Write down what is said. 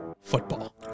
football